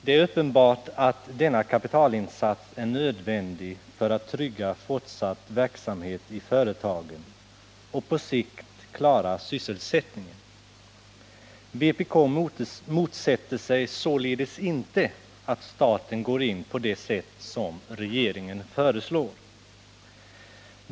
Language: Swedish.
Det är uppenbart att denna kapitalinsats är nödvändig för att trygga fortsatt verksamhet i företagen och på sikt klara sysselsättningen. Vpk motsätter sig således inte att staten går in på det sätt som regeringen föreslår.